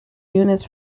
units